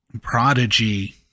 prodigy